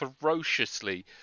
ferociously